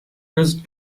use